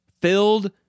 filled